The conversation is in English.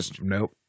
Nope